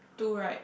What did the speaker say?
two right